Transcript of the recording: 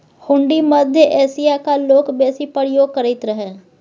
हुंडी मध्य एशियाक लोक बेसी प्रयोग करैत रहय